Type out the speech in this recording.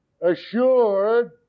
assured